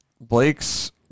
Blake's